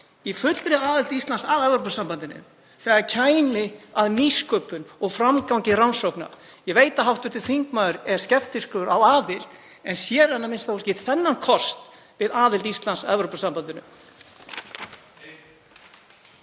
í fullri aðild Íslands að Evrópusambandinu þegar kemur að nýsköpun og framgangi rannsókna. Ég veit að hv. þingmaður er skeptískur á aðild, en sér hann a.m.k. ekki þennan kost við aðild Íslands að Evrópusambandinu?